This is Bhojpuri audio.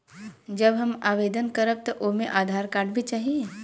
जब हम आवेदन करब त ओमे आधार कार्ड भी चाही?